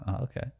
Okay